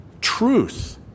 Truth